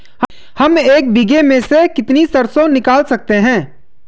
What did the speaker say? हम एक बीघे में से कितनी सरसों निकाल सकते हैं?